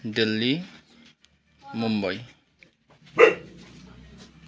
Delhi Mumbai